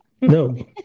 No